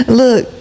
look